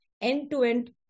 end-to-end